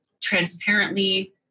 transparently-